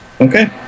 Okay